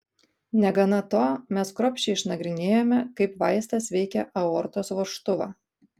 negana to mes kruopščiai išnagrinėjome kaip vaistas veikia aortos vožtuvą